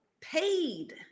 paid